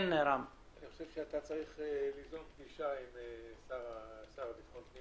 אתה צריך לבקש פגישה עם השר לביטחון פנים